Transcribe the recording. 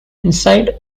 inside